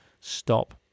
stop